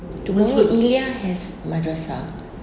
tomorrow ilya has madrasah